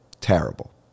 terrible